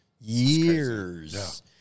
years